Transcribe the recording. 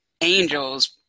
angels